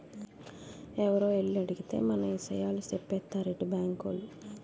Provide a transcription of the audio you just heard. ఎవరో ఎల్లి అడిగేత్తే మన ఇసయాలు సెప్పేత్తారేటి బాంకోలు?